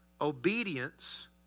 Obedience